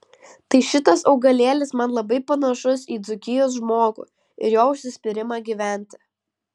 tai šitas augalėlis man labai panašus į dzūkijos žmogų ir jo užsispyrimą gyventi